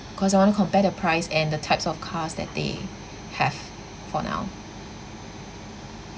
cause I want to compare the price and the types of cars that they have for now